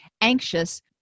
anxious